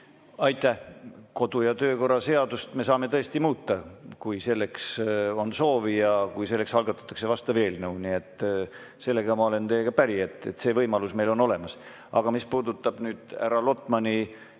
Aitäh! Kodu- ja töökorra seadust me saame tõesti muuta, kui selleks on soovi ja kui selleks algatatakse vastav eelnõu. Nii et selles ma olen teiega päri, et see võimalus on olemas. Aga mis puudutab härra Lotmani